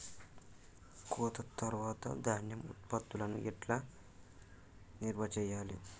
కోత తర్వాత ధాన్యం ఉత్పత్తులను ఎట్లా నిల్వ చేయాలి?